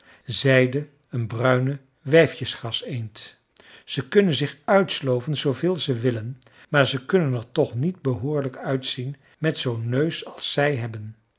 zeide een bruine wijfjesgraseend ze kunnen zich uitsloven zooveel ze willen maar ze kunnen er toch nooit behoorlijk uitzien met zoo'n neus als zij hebben